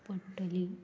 पडटली